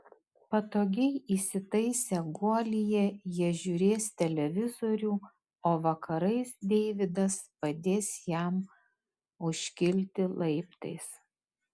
patogiai įsitaisę guolyje jie žiūrės televizorių o vakarais deividas padės jam užkilti laiptais